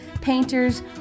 painters